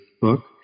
book